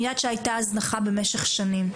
אני יודעת שהיתה הזנחה במשך שנים.